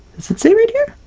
does it say right here?